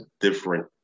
different